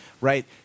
Right